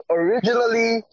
originally